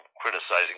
criticizing